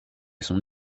son